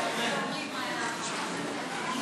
בבקשה.